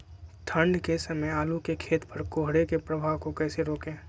ठंढ के समय आलू के खेत पर कोहरे के प्रभाव को कैसे रोके?